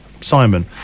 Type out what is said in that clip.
Simon